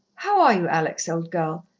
how are you, alex, old girl?